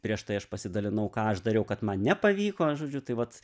prieš tai aš pasidalinau ką aš dariau kad man nepavyko žodžiu tai vat